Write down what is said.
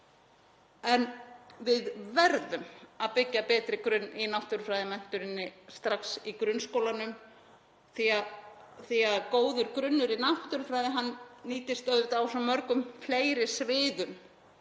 En við verðum að byggja betri grunn í náttúrufræðimenntuninni strax í grunnskólanum því að góður grunnur í náttúrufræði nýtist auðvitað á mörgum fleiri sviðum